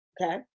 okay